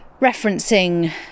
referencing